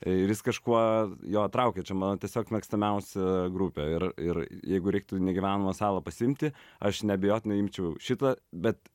ir jis kažkuo jo traukė čia mano tiesiog mėgstamiausia grupė ir ir jeigu reiktų į negyvenamą salą pasiimti aš neabejotinai imčiau šitą bet